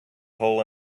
hole